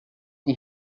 die